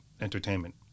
entertainment